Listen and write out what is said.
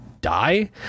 die